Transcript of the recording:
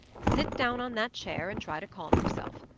sit down on that chair and try to calm yourself.